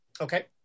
Okay